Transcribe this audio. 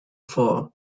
for